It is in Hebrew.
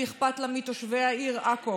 שאכפת לה מתושבי העיר עכו,